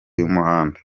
y’umuhanda